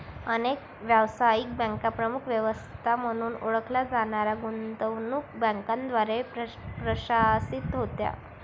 अनेक व्यावसायिक बँका प्रमुख व्यवस्था म्हणून ओळखल्या जाणाऱ्या गुंतवणूक बँकांद्वारे प्रशासित होत्या